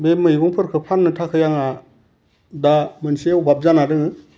बे मेगंफोरखो फान्नो थाखाय आंहा दा मोनसे अबाब जाना दङो